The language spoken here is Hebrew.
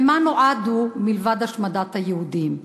למה נועדו מלבד השמדת היהודים?